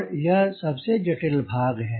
और यह सबसे जटिल भाग है